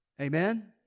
Amen